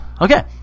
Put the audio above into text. Okay